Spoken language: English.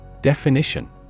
Definition